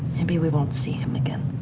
maybe we won't see him again,